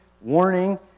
warning